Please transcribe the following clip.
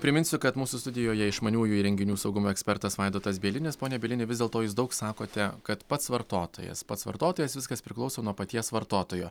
priminsiu kad mūsų studijoje išmaniųjų įrenginių saugumo ekspertas vaidotas bielinis pone bielini vis dėlto jūs daug sakote kad pats vartotojas pats vartotojas viskas priklauso nuo paties vartotojo